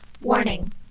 Warning